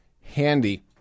handy